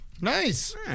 Nice